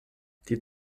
die